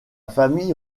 famille